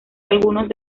algunos